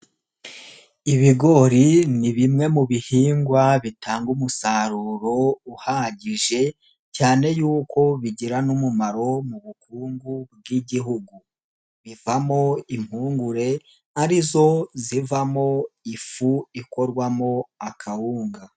Ibigori ni bimwe mu bihingwa bitanga umusaruro uhagije cyane yuko bigira n'umumaro mu bukungu bw'Igihugu, bivamo imungure ari zo zivamo ifu ikorwamwo akawunga.